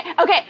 okay